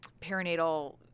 perinatal